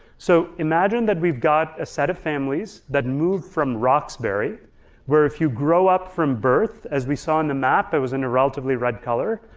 so imagine that we've got a set of families that moved from roxbury where, if you grow up from birth, as we saw in the map, it was in a relatively red color,